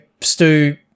Stu